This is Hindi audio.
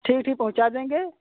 ठीक है पहुँचा देंगे